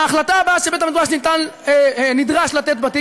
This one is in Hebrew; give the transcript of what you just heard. ההחלטה הבאה שבית-המשפט נדרש לתת בתיק